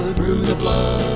through the blood